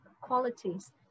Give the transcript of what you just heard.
qualities